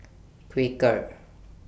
Quaker